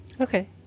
Okay